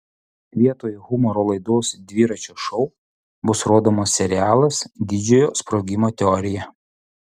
vietoj humoro laidos dviračio šou bus rodomas serialas didžiojo sprogimo teorija